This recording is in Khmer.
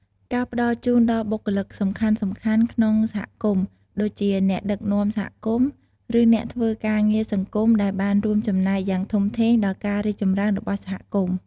ការផ្តល់ជូនដល់បុគ្គលសំខាន់ៗក្នុងសហគមន៍ ដូចជា អ្នកដឹកនាំសហគមន៍ ឬអ្នកធ្វើការងារសង្គមដែលបានរួមចំណែកយ៉ាងធំធេងដល់ការរីកចម្រើនរបស់សហគមន៍។